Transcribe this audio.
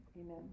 Amen